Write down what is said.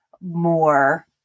more